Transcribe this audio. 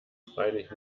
freilich